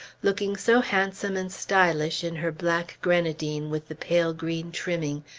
looking so handsome and stylish in her black grenadine with the pale-green trimming,